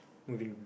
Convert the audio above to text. moving